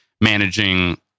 managing